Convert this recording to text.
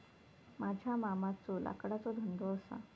माझ्या मामाचो लाकडाचो धंदो असा